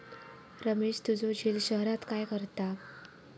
रमेश तुझो झिल शहरात काय करता?